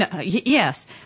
Yes